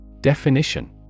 Definition